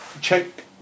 check